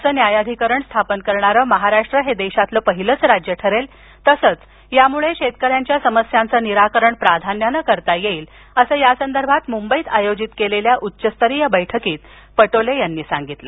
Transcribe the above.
असं न्यायाधिकरण स्थापन करणारं महाराष्ट्र हे देशातलं पहिलं राज्य ठरेल तसंच यामुळे शेतकऱ्यांच्या समस्यांचे निराकारण प्राधान्याने करता येईल असं यासंदर्भात मुंबईत आयोजित केलेल्या उच्चस्तरीय बैठकीत पटोले यांनी सांगितलं